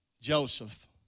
Joseph